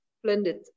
splendid